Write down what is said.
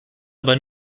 aber